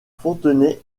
fontenay